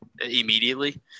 immediately